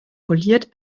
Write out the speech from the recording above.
poliert